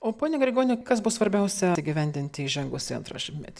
o pone grigoni kas bus svarbiausia įgyvendinti įžengus į antrą šimtmetį